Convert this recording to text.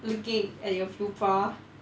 looking at your pupa